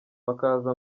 bakaza